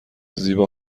زیبا